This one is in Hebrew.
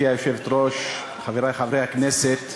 גברתי היושבת-ראש, חברי חברי הכנסת,